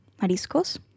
Mariscos